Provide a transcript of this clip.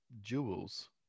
jewels